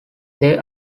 they